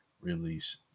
release